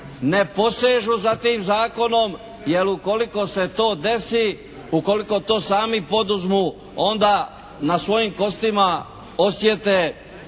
ne posežu za tim zakonom jer ukoliko se to desi, ukoliko to sami poduzmu onda na svojim kostima osjete